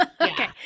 Okay